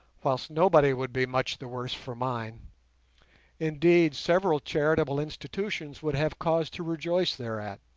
whilst nobody would be much the worse for mine indeed, several charitable institutions would have cause to rejoice thereat.